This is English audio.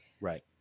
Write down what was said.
right